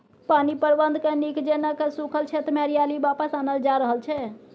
पानि प्रबंधनकेँ नीक जेना कए सूखल क्षेत्रमे हरियाली वापस आनल जा रहल छै